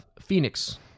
Phoenix